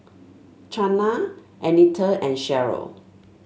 Chana Annetta and Sharyl